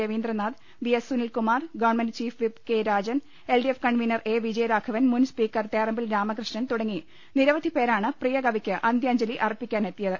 Ravindranath V S Sunilkumar government chief whip K Rajan LDF convener A Vijayaraghavan മുൻ speaker Therambil Ramakrishnan തുടങ്ങി നിരവധിപേരാണ് പ്രിയക വിയ്ക്ക് അന്ത്യാജ്ഞലി അർപ്പിക്കാൻ എത്തിയത്